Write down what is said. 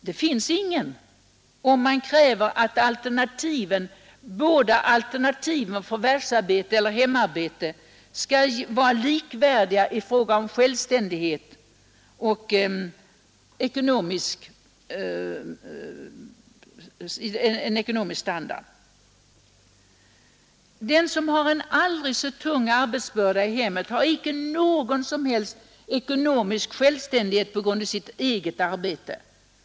Det finns ingen, om man kräver att alternativen för förvärvsarbete och hemarbete skall vara likvärdiga i fråga om självständighet och ekonomisk standard. Den som har en aldrig så tung arbetsbörda i hemmet har ändå icke någon som helst ekonomisk 2. Alla vuxna människor skall vara ekonomiskt oberoende av an självständighet på grund av sitt eget arbete.